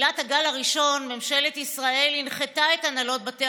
בתחילת הגל הראשון ממשלת ישראל הנחתה את הנהלות בתי